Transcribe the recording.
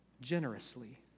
generously